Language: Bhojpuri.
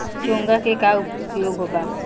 चोंगा के का उपयोग बा?